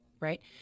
right